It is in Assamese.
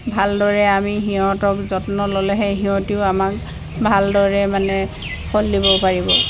ভালদৰে আমি সিহঁতক যত্ন ল'লেহে সিহঁতিও আমাক ভালদৰে মানে ফল দিব পাৰিব